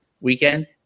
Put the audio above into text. weekend